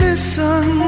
Listen